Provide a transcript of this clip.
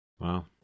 Wow